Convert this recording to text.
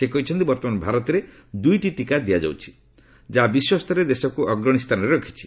ସେ କହିଛନ୍ତି ବର୍ତ୍ତମାନ ଭାରତରେ ଦୁଇଟି ଟିକା ଦିଆଯାଉଛି ଯାହା ବିଶ୍ୱସ୍ତରରେ ଦେଶକୁ ଅଗ୍ରଣୀ ସ୍ଥାନରେ ରଖିଛି